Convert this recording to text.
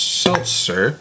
seltzer